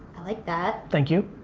i like that. thank you.